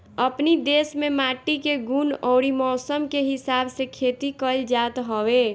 अपनी देस में माटी के गुण अउरी मौसम के हिसाब से खेती कइल जात हवे